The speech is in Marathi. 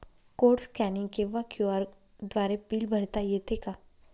कोड स्कॅनिंग किंवा क्यू.आर द्वारे बिल भरता येते का?